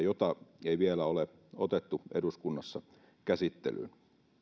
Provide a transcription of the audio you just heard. jota ei vielä ole otettu eduskunnassa käsittelyyn